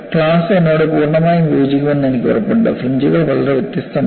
class എന്നോട് പൂർണമായും യോജിക്കുമെന്ന് എനിക്ക് ഉറപ്പുണ്ട് ഫ്രിഞ്ച്കൾ വളരെ വ്യത്യസ്തമാണ്